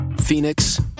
phoenix